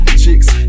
chicks